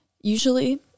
Usually